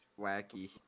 wacky